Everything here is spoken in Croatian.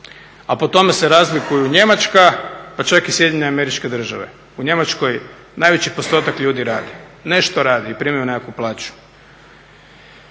A po tome se razlikuju Njemačka pa čak i SAD. U Njemačkoj najveći postotak ljudi radi, nešto radi i primaju nekakvu plaću.